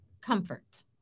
comfort